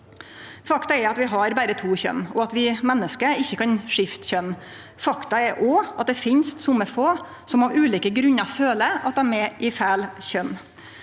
Faktum er at vi har berre to kjønn, og at vi menneske ikkje kan skifte kjønn. Faktum er òg at det finst somme få som av ulike grunnar føler at dei er født med feil kjønn.